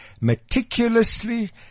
meticulously